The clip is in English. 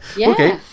okay